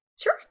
sure